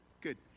Good